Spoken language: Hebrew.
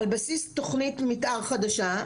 על בסיס תוכנית מתאר חדשה,